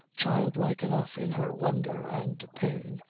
childlike enough in her wonder and pain,